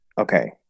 Okay